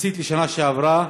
יחסית לשנה שעברה,